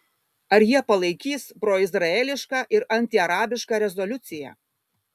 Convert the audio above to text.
ar jie palaikys proizraelišką ir antiarabišką rezoliuciją